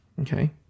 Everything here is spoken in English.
Okay